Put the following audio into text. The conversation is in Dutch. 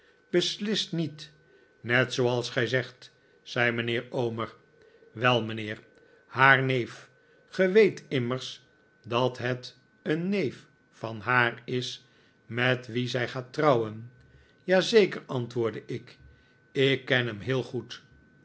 beslist niet net zooals gij zegt zei mijnheer omer wel mijnheer haar neef ge weet immers dat het een neef ven haar is met wien zij gaat trouweh ja zeker antwoordde ik ik ken hem heel goed